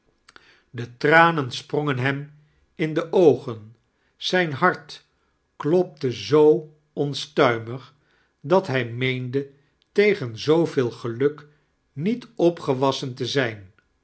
de tranen sprongen hem in de oogen zijn hart klopte zoo onstuimig dat hij meende tegen zooveel geluk niet opgewassen te zijn